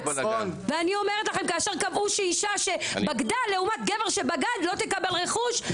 ואני אומרת לכם כאשר קבעו שאישה שבגדה לעומת גבר שבגד לא תקבל רכוש,